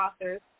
authors